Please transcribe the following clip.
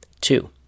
Two